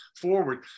forward